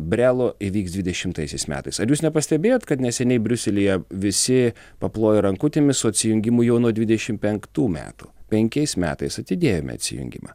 brelo įvyks dvidešimaisiais metais ar jūs nepastebėjot kad neseniai briuselyje visi paplojo rankutėmis su atsijungimu jau nuo dvidešim penktų metų penkiais metais atidėjome atsijungimą